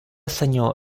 senyor